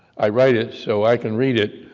i write it so i can read it,